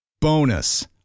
Bonus